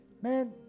Man